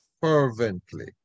fervently